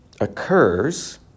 occurs